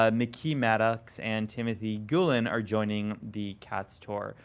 ah mcgee maddox, and timothy gulan are joining the cats tour.